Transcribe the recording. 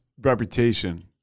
reputation